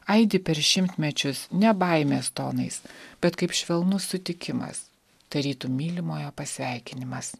aidi per šimtmečius ne baimės tonais bet kaip švelnus sutikimas tarytum mylimojo pasveikinimas